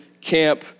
camp